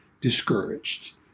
discouraged